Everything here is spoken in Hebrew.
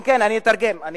כן, כן, אני אתרגם לקלדנית.